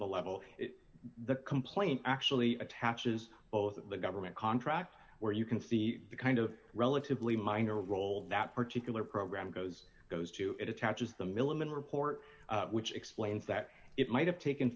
the level the complaint actually attaches both the government contracts where you can see the kind of relatively minor role that particular program goes goes to it attaches the milliman report which explains that it might have taken